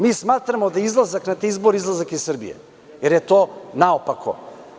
Mi smatramo da izlazak na te izbore, da je to izlazak iz Srbije, jer je to naopako.